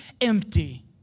empty